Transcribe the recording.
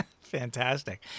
Fantastic